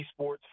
esports